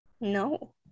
No